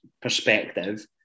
perspective